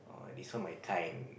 oh this one my kind